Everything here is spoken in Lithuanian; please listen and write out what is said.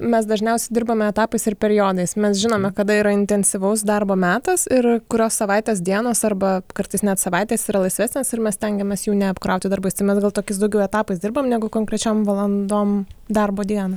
mes dažniausiai dirbame etapais ir periodais mes žinome kada yra intensyvaus darbo metas ir kurios savaitės dienos arba kartais net savaitės yra laisvesnės ir mes stengiamės jų neapkrauti darbais tai mes gal tokiais daugiau etapais dirbam negu konkrečiom valandom darbo dieną